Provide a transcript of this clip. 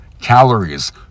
calories